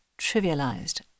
trivialized